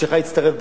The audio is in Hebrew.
שלך תצטרף,